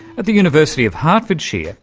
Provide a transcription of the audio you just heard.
at the university of hertfordshire,